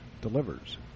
delivers